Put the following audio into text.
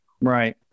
right